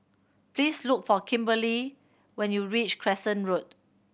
please look for Kimberley when you reach Crescent Road